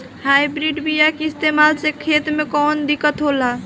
Hybrid बीया के इस्तेमाल से खेत में कौन दिकत होलाऽ?